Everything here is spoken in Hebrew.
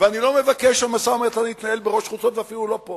ואני לא מבקש שהמשא-ומתן יתנהל בראש חוצות ואפילו לא פה.